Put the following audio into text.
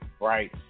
right